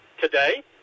today